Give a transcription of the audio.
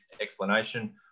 explanation